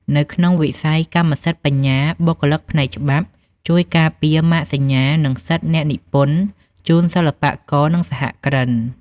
នៅក្នុងវិស័យកម្មសិទ្ធិបញ្ញា បុគ្គលិកផ្នែកច្បាប់ជួយការពារម៉ាកសញ្ញា និងសិទ្ធិអ្នកនិពន្ធជូនសិល្បករ និងសហគ្រិន។